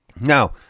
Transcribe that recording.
Now